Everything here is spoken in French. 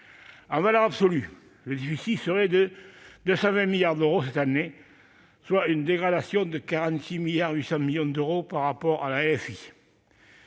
En valeur absolue, le déficit serait de 220,1 milliards d'euros cette année, soit une dégradation de 46,8 milliards d'euros par rapport à la loi